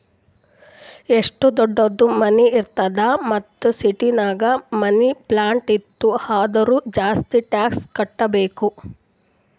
ಎಷ್ಟು ದೊಡ್ಡುದ್ ಮನಿ ಇರ್ತದ್ ಮತ್ತ ಸಿಟಿನಾಗ್ ಮನಿ, ಪ್ಲಾಟ್ ಇತ್ತು ಅಂದುರ್ ಜಾಸ್ತಿ ಟ್ಯಾಕ್ಸ್ ಕಟ್ಟಬೇಕ್